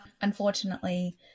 unfortunately